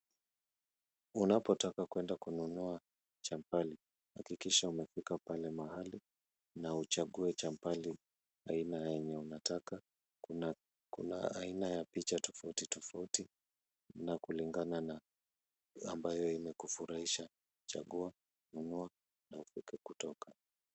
Unapotaka kuenda kununua chapali. Hakikisha umefika pale, mahali na uchague chapali aina ya yenye unataka. Kuna, kuna aina ya picha tofauti tofauti na kulingana na ambayo inakufurahisha, chagua, nunua na ufike kutoka.